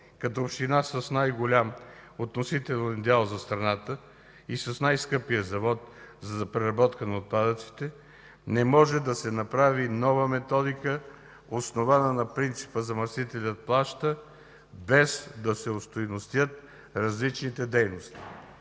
като община с най-голям относителен дял за страната и с най-скъпия завод за преработка на отпадъците, не може да се направи нова методика, основана на принципа „замърсителят плаща”, без да се остойностят различните дейности.